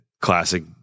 classic